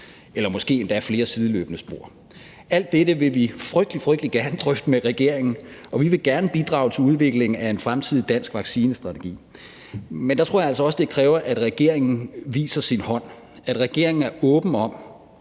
kunne måske endda være flere sideløbende spor. Alt dette vil vi frygtelig, frygtelig gerne drøfte med regeringen, og vi vil gerne bidrage til udviklingen af en fremtidig dansk vaccinestrategi, men der tror jeg altså også, det kræver, at regeringen viser sin hånd, at regeringen er åben om,